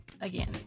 again